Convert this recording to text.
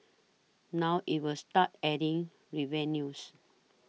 now it will start adding revenues